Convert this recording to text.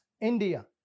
India